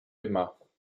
aimas